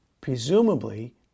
Presumably